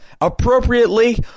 appropriately